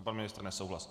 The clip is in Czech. A pan ministr nesouhlas.